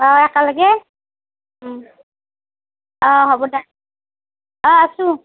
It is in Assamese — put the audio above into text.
অঁ একালগে অঁ হ'ব দা অঁ আছোঁ